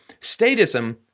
Statism